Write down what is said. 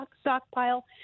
stockpile